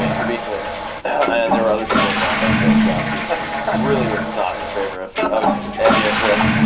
to be clear and there were other people involved, like neil strauss, who really was not in favor of of any of this,